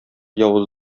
явыз